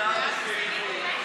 יאיר לפיד,